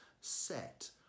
set